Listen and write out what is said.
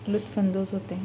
لطف اندوز ہوتے ہیں